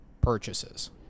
purchases